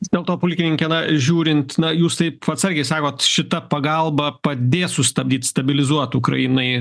vis dėlto pulkininke na žiūrint na jūs taip atsargiai sakot šita pagalba padės sustabdyt stabilizuot ukrainai